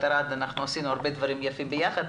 ערד אנחנו עשינו הרבה דברים יפים יחד,